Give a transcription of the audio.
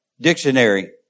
dictionary